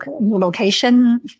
location